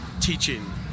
teaching